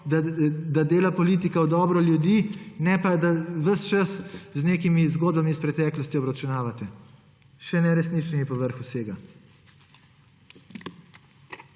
da dela politika v dobro ljudi, ne pa, da ves čas z nekimi zgodbami iz preteklosti obračunavate. Še neresničnimi po vrhu vsega!